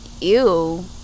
ew